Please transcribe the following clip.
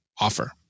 offer